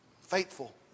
faithful